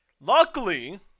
luckily